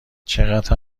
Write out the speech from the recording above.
چقدر